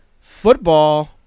football